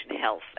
health